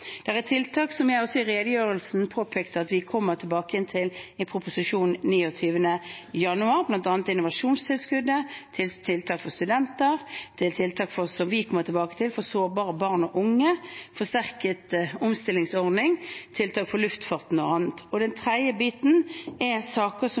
er tiltak som jeg også i redegjørelsen påpekte at vi kommer tilbake til i en proposisjon den 29. januar, bl.a. knyttet til innovasjonstilskuddet, tiltak for studenter, tiltak for sårbare barn og unge, som vi kommer tilbake til, forsterket omstillingsordning og tiltak for luftfarten og annet. Det tredje er tiltak som